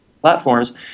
platforms